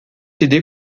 aidé